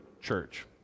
church